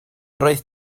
roedd